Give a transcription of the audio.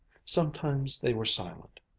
sometimes they were silent.